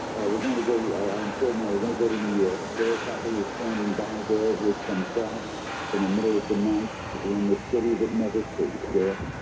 we're going to go i am told now we're going to go to new york eric thought they were standing by there with some thoughts from the middle of the night in the city that never sleeps derek